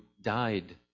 died